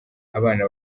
abana